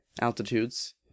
altitudes